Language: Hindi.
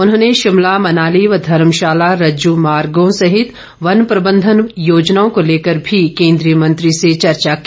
उन्होंने शिमला मनाली व धर्मशाल रज्जू मार्गों सहित वन प्रबंधन योजनाओं को लेकर भी केन्द्रीय मंत्री से चर्चा की